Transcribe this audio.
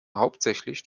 hauptsächlich